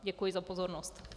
Děkuji za pozornost.